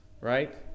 right